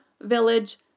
village